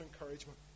encouragement